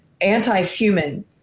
anti-human